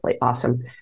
awesome